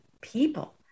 People